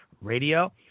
Radio